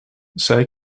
zij